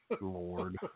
Lord